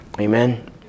Amen